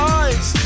eyes